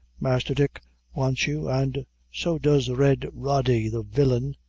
masther dick wants you, and so does red rody the villain!